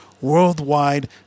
worldwide